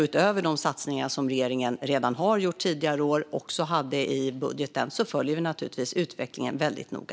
Utöver de satsningar som regeringen redan tidigare år har gjort och de som vi hade i budgeten följer vi naturligtvis utvecklingen väldigt noga.